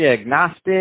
agnostic